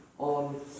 on